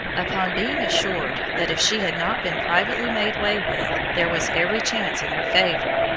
upon being assured that if she had not been privately made way with, there was every chance in their favor,